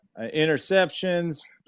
interceptions